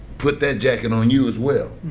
put that jacket on you as well